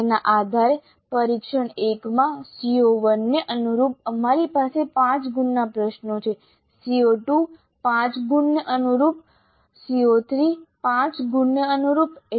તેના આધારે પરીક્ષણ 1 માં CO1 ને અનુરૂપ અમારી પાસે 5 ગુણના પ્રશ્નો છે CO2 5 ગુણને અનુરૂપ CO3 5 ગુણને અનુરૂપ